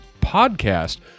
podcast